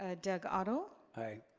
ah doug otto? aye.